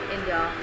India